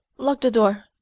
lock the door,